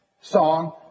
song